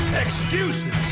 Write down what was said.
excuses